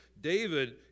David